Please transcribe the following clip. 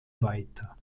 weiter